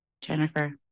Jennifer